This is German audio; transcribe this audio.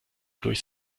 durchs